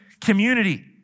community